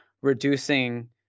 reducing